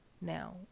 Now